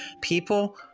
People